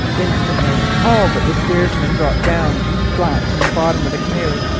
instantly all but the steersman drop down, flat in the bottom of the canoe,